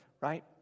Right